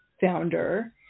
founder